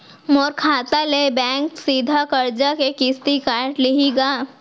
मोर खाता ले बैंक सीधा करजा के किस्ती काट लिही का?